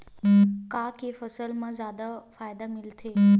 का के फसल मा जादा फ़ायदा मिलथे?